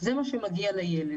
זה באמת מה שמגיע לילד.